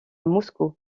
moscou